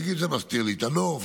ויגיד: זה מסתיר לי את הנוף,